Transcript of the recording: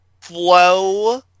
flow